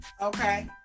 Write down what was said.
Okay